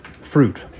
fruit